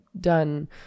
done